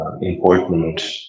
important